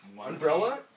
Umbrella